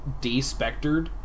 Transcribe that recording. de-spectered